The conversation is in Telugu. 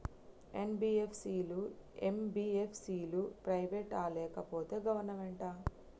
ఎన్.బి.ఎఫ్.సి లు, ఎం.బి.ఎఫ్.సి లు ప్రైవేట్ ఆ లేకపోతే గవర్నమెంటా?